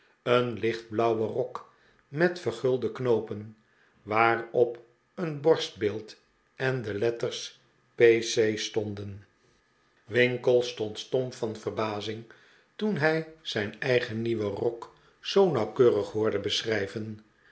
een lichtblauwen rok met verguide knoopen waarop een borstbeeld en de letters p c stonden winkle stond stom van verbazing toen hij zijn eigen nieuwen rok zoo nauwkeurig hoorde beschrijven